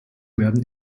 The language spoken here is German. werden